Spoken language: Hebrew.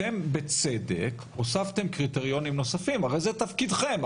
אתם בצדק הוספתם קריטריונים נוספים הרי זה תפקידכם,